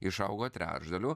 išaugo trečdaliu